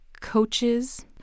coaches